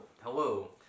hello